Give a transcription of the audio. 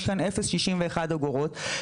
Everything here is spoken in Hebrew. יש כאן 0.61 אגורות,